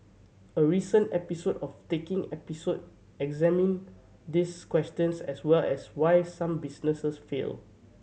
a recent episode of Taking Episode examined this question as well as why some businesses fail